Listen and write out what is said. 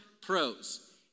pros